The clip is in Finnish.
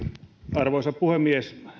arvoisa puhemies